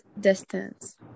distance